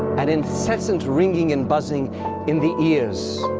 and incessant ringing and buzzing in the ears.